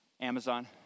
Amazon